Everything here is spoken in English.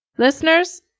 Listeners